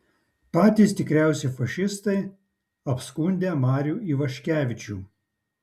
patys tikriausi fašistai apskundę marių ivaškevičių